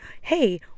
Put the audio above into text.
hey